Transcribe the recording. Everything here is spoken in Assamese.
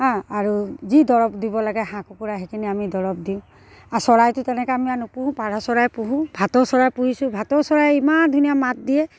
হাঁ আৰু যি দৰৱ দিব লাগে হাঁহ কুকুৰা সেইখিনি আমি দৰৱ দিওঁ আৰু চৰাইটো তেনেকৈ আমি আৰু নোপোহোঁ পাৰ চৰাই পোহোঁ ভাতৌ চৰাই পুহিছোঁ ভাতৌ চৰাই ইমান ধুনীয়া মাত দিয়ে